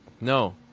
No